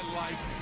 life